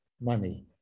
money